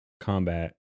combat